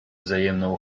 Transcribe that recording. wzajemną